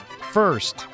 First